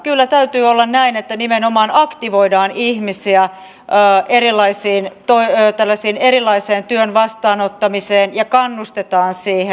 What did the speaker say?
kyllä täytyy olla näin että nimenomaan aktivoidaan ihmisiä tällaiseen erilaiseen työn vastaanottamiseen ja kannustetaan siihen